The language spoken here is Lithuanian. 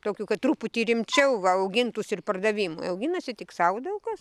tokių kad truputį rimčiau va augintųs ir pardavimui auginasi tik sau daug kas